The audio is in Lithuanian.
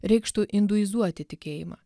reikštų induizuoti tikėjimą